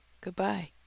goodbye